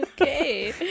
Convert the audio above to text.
Okay